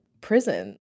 prison